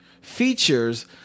features